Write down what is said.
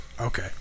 Okay